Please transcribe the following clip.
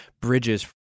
bridges